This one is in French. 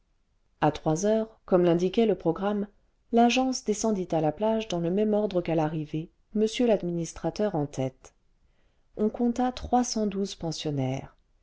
a trois heures comme l'indiquait le programme l'agence descendit à la plage dans le même ordre qu'à l'arrivée m l'administrateur en tête on compta trois cent douze pensionnaires